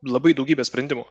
labai daugybę sprendimų